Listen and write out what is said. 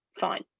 fine